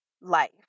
life